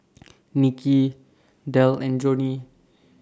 Niki Delle and Joni